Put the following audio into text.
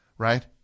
Right